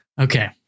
Okay